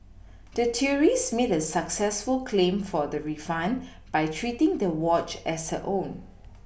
the tourist made a successful claim for the refund by treating the watch as her own